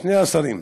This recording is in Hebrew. שני השרים.